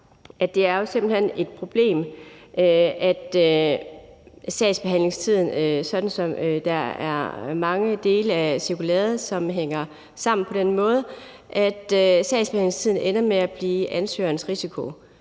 jo så også være det her problem med sagsbehandlingstiden. Altså, der er mange dele af cirkulæret, som hænger sammen på den måde, at sagsbehandlingstiden ender med at blive ansøgerens risiko.